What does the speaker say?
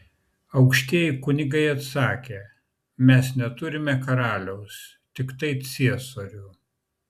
aukštieji kunigai atsakė mes neturime karaliaus tiktai ciesorių